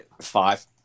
Five